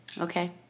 Okay